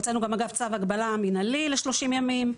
הוצאנו גם צו הגבלה מנהלי ל-30 ימים.